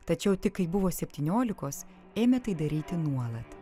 tačiau tik kai buvo septyniolikos ėmė tai daryti nuolat